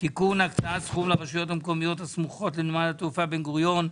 (תיקון הקצאת סכום לרשויות המקומיות הסמוכות לנמל התעופה בן-גוריון),